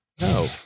No